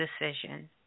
decision